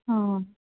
ఆ